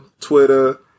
Twitter